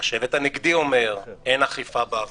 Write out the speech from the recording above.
השבט הנגדי אומר, אין אכיפה בהפגנות,